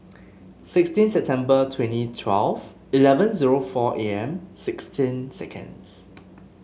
sixteen September twenty twelve eleven zero for A M sixteen seconds